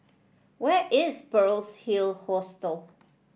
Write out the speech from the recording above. where is Pearl's Hill Hostel